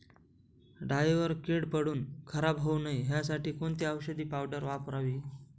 डाळीवर कीड पडून खराब होऊ नये यासाठी कोणती औषधी पावडर वापरावी?